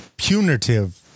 punitive